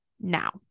now